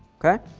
okay.